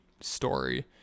story